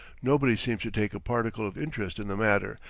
nobody seems to take a particle of interest in the matter,